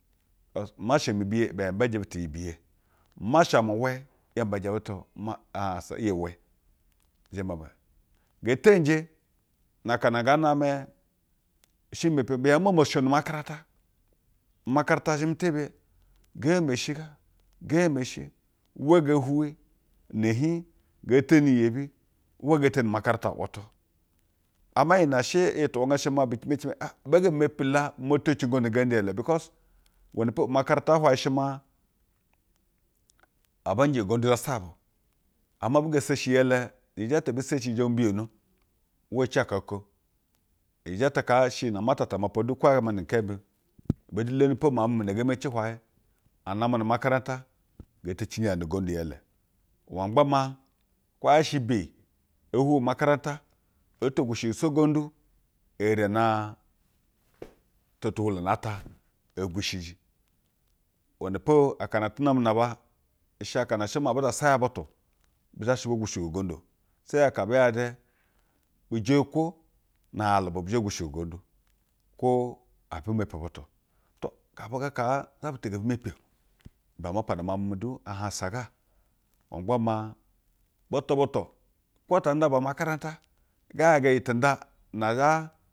Kos, masha mibiye ibe yɛɛ mbeje butu iyi biyi mahsa mu we yɛ mbeje butu ma ahansa iyi we. Zhewɛ bu ngee teyinje na aka no ngaa namɛ ishr maa gembi bi hiej nmamosha makaranta. Umakarata zhame tebiye. Uwa ngee hwuwi ina jiij ngee yebi uwa nge teni umakarata wutu ama iyi she iyi wanga shemaa butu maa hiej bee ge mepi la bu mo po marata hwuwayɛ she naa abe nje ugandu zasa ba o, ama ebi ge seshi ilele iyi jete ebi shehsi zho bu mbiyono uwo ci oko. Ijeta kaa she iyi ne ama ta utamapa kwo yaa she gamba nikenyɛ mi. Ibe du leni po miauj mimi na ngee meci hwuwayɛ anamɛ nu makarata, ngee te cinji nu ugondu i ele uwa ngba maa kwo yaa she beyi ee gwuwi makarata oo to gwushiji so ugondu e yeri ana ta tumulo nu na ata ee. Guushiji iwenɛ po aka na ate name na aba she akana she maa abu zaya butu bɛ zha she bo gwushigo ugondu o. Seyi aka abɛ yaje bijeyikwo na a’alu ibe bi zhe gwushigo ugondu. Kwo ebe bi zhe gwashigo ugondu. Kwo ebi mepi butu. To, gabuga kaa za butu ebi mepi o. Ibe ama pana miauj mimi du ahansa gama gba maa, butu butu wkp ata anda ba umakarata ga iyaga iyi tenda ne zha.